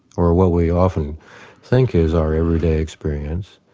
or what we often think is our everyday experience,